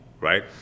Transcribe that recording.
right